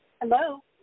Hello